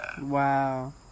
Wow